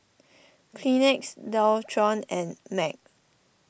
Kleenex Dualtron and Mag